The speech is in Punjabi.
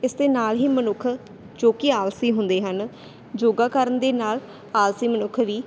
ਇਸ ਦੇ ਨਾਲ ਹੀ ਮਨੁੱਖ ਜੋ ਕਿ ਆਲਸੀ ਹੁੰਦੇ ਹਨ ਯੋਗਾ ਕਰਨ ਦੇ ਨਾਲ ਆਲਸੀ ਮਨੁੱਖ ਵੀ